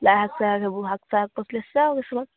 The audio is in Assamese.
লাই শাক চাক সেইবোৰ শাক চাক পচলি চাক চব